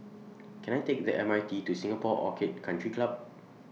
Can I Take The M R T to Singapore Orchid Country Club